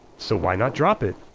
so why not drop it?